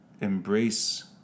embrace